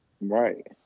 Right